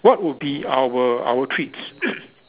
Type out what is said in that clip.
what would be our our treats